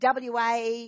WA